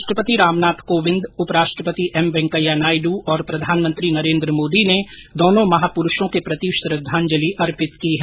राष्ट्रपति रामनाथ कोविंद उप राष्ट्रपति एम वेंकैया नायडु और प्रधानमंत्री नरेन्द्र मोदी ने दोनों महापुरूषों के प्रति श्रद्धांजलि अर्पित की है